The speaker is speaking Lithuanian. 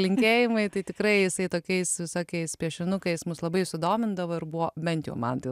linkėjimai tai tikrai jisai tokiais visokiais piešinukais mus labai sudomindavo ir buvo bent jau man tai